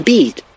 Beat